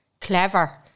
Clever